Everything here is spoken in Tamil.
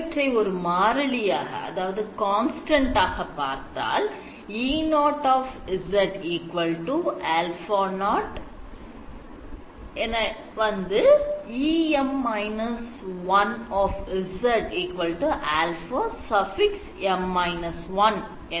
இவற்றை ஒரு மாறிலியாக பார்த்தால் E0 α0 || EM −1 α M−1 என எழுதலாம்